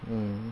mm